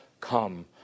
come